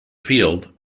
field